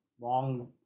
long